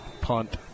punt